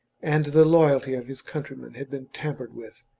and the loyalty of his country men had been tampered with.